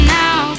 now